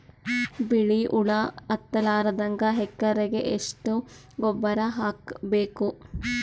ಬಿಳಿ ಹುಳ ಹತ್ತಲಾರದಂಗ ಎಕರೆಗೆ ಎಷ್ಟು ಗೊಬ್ಬರ ಹಾಕ್ ಬೇಕು?